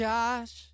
Josh